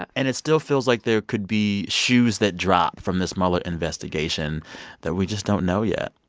and it still feels like there could be shoes that drop from this mueller investigation that we just don't know yet.